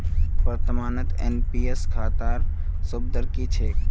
वर्तमानत एन.पी.एस खातात सूद दर की छेक